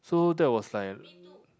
so that was like